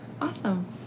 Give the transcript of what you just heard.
awesome